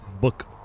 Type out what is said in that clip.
book